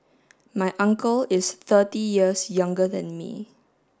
my uncle is thirty years younger than me